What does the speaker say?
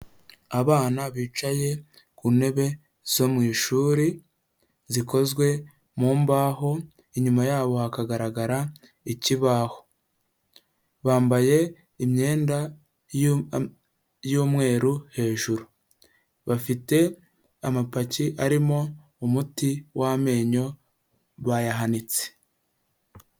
Abana bicaye ku ntebe zo mu ishuri zikozwe mu mbaho, inyuma yabo hakagaragara ikibaho. Bambaye imyenda y'umweru hejuru. Bafite amapaki arimo umuti w'amenyo bayahanitse.